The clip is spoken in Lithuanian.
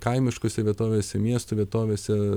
kaimiškose vietovėse miestų vietovėse